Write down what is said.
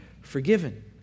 forgiven